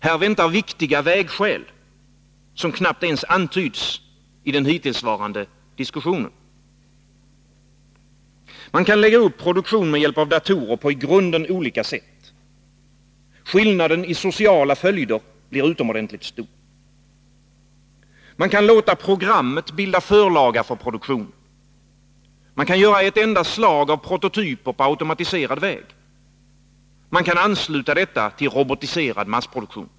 Här väntar viktiga vägskäl, vilka knappt ens antytts i den hittillsvarande diskussionen. Man kan lägga upp produktion med hjälp av datorer på i grunden olika sätt. Skillnaden i sociala följder blir utomordentligt stor. Man kan låta programmet bilda förlaga för produktionen. Man kan göra ett enda slag av prototyper på automatiserad väg. Man kan ansluta detta till robotiserad massproduktion.